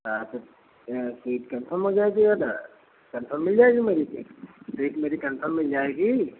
हाँ तो seat confirm हो जाएगी ना कन्फर्म मिल जाएगी मुझे सीट सीट मेरी कन्फर्म मिल जाएगी